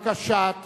את